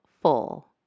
full